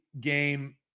game